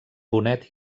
bonet